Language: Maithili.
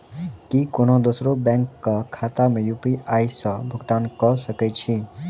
की कोनो दोसरो बैंक कऽ खाता मे यु.पी.आई सऽ भुगतान कऽ सकय छी?